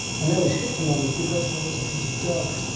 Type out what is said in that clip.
and now we skipped a moment because there was a dog.